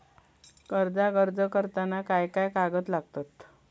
कर्जाक अर्ज करताना काय काय कागद लागतत?